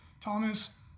Thomas